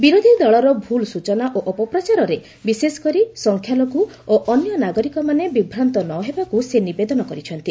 ବିରୋଧୀ ଦଳର ଭୁଲ୍ ସୂଚନା ଓ ଅପପ୍ରଚାରରେ ବିଶେଷକରି ସଂଖ୍ୟାଲଘ୍ମ ଓ ଅନ୍ୟ ନାଗରିକମାନେ ବିଭ୍ରାନ୍ତ ନ ହେବାକୁ ସେ ନିବେଦନ କରିଛନ୍ତି